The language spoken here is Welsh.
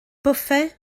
bwffe